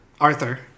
Arthur